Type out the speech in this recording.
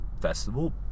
festival